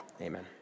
Amen